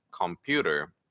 computer